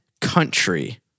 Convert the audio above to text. country